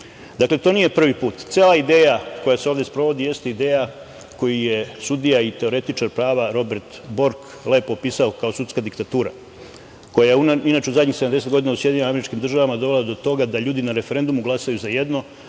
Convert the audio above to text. krivi. Dakle, to nije prvi put. Cela ideja koja se ovde sprovodi jeste ideja koju je sudija i teoretičar prava Robert Bork lepo opisao kao sudska diktatura, koja je inače u zadnjih 70 godina u SAD dovela do toga da ljudi na referendumu glasaju za jedno,